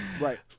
right